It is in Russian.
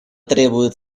требует